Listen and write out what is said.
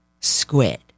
Squid